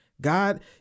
God